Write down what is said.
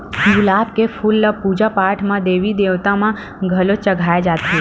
गुलाब के फूल पूजा पाठ म देवी देवता म घलो चघाए जाथे